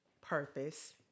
purpose